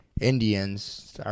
Indians